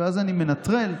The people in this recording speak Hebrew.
ואני מנטרל,